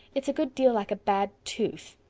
it's a good deal like a bad tooth.